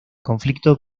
conflicto